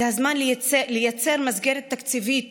זה הזמן לייצר מסגרת תקציבית